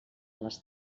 les